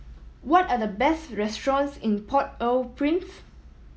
what are the best restaurants in Port Au Prince